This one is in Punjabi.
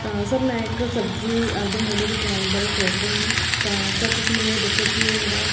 ਤਾਂ ਸਰ ਮੈਂ ਇੱਕ ਸਰਜਰੀ ਆਪਦੇ ਮੋਢੇ ਦੀ ਕਰਾਉਣ ਬਾਰੇ ਸੋਚ ਰਹੀ ਹਾਂ ਤਾਂ ਸਰ ਤੁਸੀਂ ਮੈਨੂੰ ਇਹ ਦੱਸੋ ਕਿ ਇਹ ਮੇਰਾ